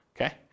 Okay